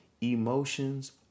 Emotions